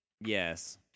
Yes